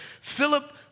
Philip